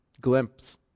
glimpse